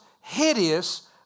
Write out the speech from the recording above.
hideous